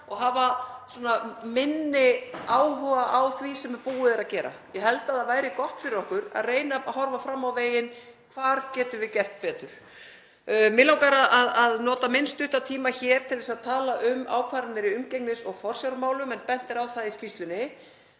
og hafa minni áhuga á því sem búið er að gera. Ég held að það væri gott fyrir okkur að reyna að horfa fram á veginn: Hvar getum við gert betur? Mig langar að nota minn stutta tíma hér til að tala um ákvarðanir í umgengnis- og forsjármálum. Bent er á það í skýrslunni